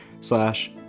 slash